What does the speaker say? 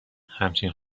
همچنین